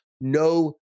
no